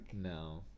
No